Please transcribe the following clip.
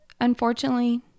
Unfortunately